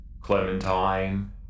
Clementine